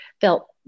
felt